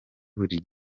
buri